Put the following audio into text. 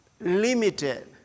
Limited